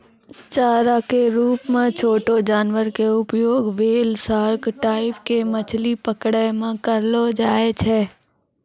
चारा के रूप मॅ छोटो जानवर के उपयोग व्हेल, सार्क टाइप के मछली पकड़ै मॅ करलो जाय छै